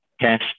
cash